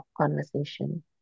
conversation